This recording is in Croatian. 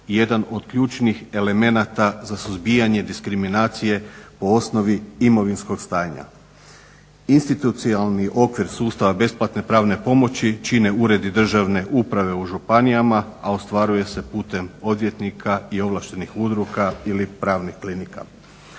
jedan od ključnih elemenata za suzbijanje diskriminacije po osnovi imovinskog stanja. Institucionalni okvir sustava besplatne pravne pomoći čine uredi državne uprave u županijama, a ostvaruje se putem odvjetnika i ovlaštenih udruga ili pravnih klinika.